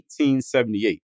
1878